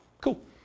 Cool